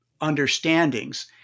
understandings